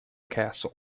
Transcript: castle